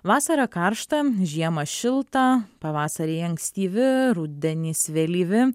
vasarą karšta žiemą šilta pavasariai ankstyvi rudenys vėlyvi